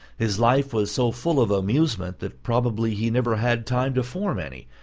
his life was so full of amusement that probably he never had time to form any,